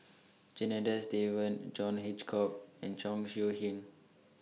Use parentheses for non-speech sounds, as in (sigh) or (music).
Janadas Devan John Hitchcock (noise) and Chong Siew Ying